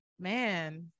man